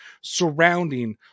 surrounding